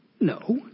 No